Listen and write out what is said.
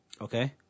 Okay